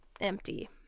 empty